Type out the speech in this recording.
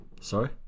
sorry